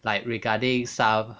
like regarding some